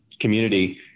community